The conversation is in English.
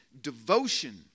devotion